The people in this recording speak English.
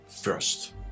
first